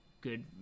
good